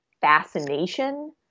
fascination